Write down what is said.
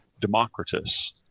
Democritus